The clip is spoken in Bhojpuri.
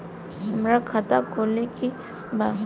हमार खाता खोले के बा?